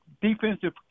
defensive